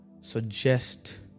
suggest